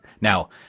Now